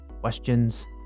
questions